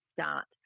start